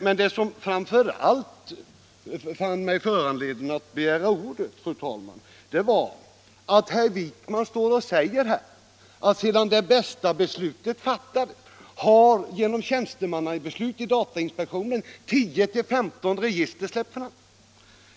Men det som framför allt föranledde mig att begära ordet, fru talman, var att herr Wijkman sade att sedan Det Bästa-beslutet fattades har genom tjänstemannabeslut i datainspektionen 10-15 register släppts fram.